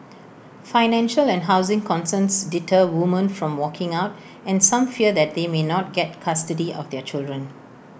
financial and housing concerns deter women from walking out and some fear that they may not get custody of their children